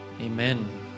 amen